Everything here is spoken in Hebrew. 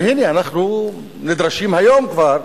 והנה אנחנו נדרשים היום כבר,